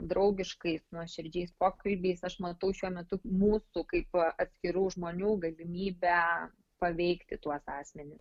draugiškais nuoširdžiais pokalbiais aš matau šiuo metu mūsų kaip atskirų žmonių galimybę paveikti tuos asmenis